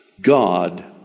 God